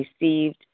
received